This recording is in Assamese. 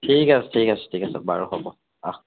ঠিক আছে ঠিক আছে ঠিক আছে বাৰু হ'ব আহ